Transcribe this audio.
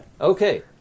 Okay